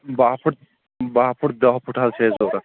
باہ فُٹ باہ فُٹ دَہ فُٹ حظ چھِ اَسہِ ضروٗرت